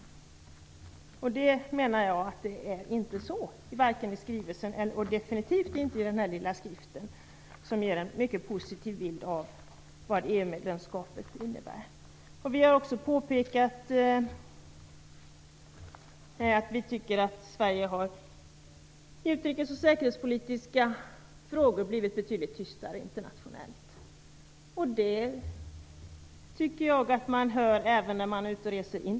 Så är det inte vare sig i regeringens skrivelse eller i denna skrift som ger en mycket positiv bild av vad EU-medlemskapet innebär. Vi har också påpekat att vi anser att Sverige i utrikes och säkerhetspolitiska frågor har blivit betydligt tystare internationellt. Det hör man även när man ute och reser.